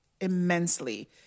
immensely